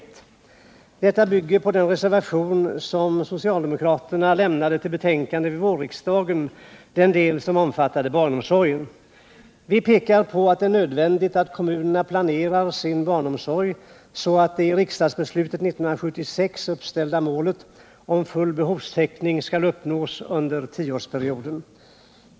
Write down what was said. Detta bygger på den reservation som socialdemokraterna fogade till betänkandet 1977/78:25 vid vårriksdagen, i den del som omfattade barnomsorgen. Vi pekar på att det är nödvändigt att kommunerna planerar sin barnomsorg, så att det i riksdagsbeslutet 1976 uppställda målet om full behovstäckning skall uppnås under den närmaste tioårsperioden.